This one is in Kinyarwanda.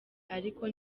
ariko